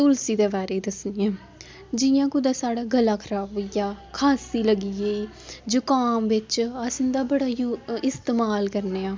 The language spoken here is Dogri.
तुलसी दे बारे च दस्सनी आं जियां कुतै साढ़ा गला खराब होई गेआ खांसी लग्गी गेई जुकाम बिच्च अस इं'दा बड़ा यू इस्तमाल करने आं